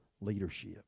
leadership